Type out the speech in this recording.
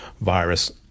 virus